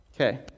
Okay